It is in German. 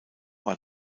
war